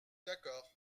d’accord